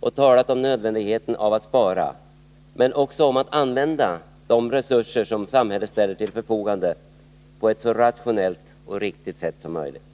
och talat om nödvändigheten av att spara men också om att använda de resurser som samhället ställer till förfogande på ett så rationellt och riktigt sätt som möjligt.